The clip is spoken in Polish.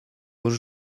już